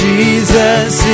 Jesus